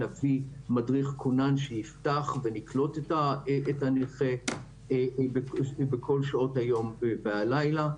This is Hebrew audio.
נביא מדריך כונן שיפתח ויקלוט את הנכה בכל שעות היום והלילה.